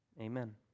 amen